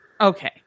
Okay